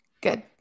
Good